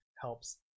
helps